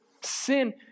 Sin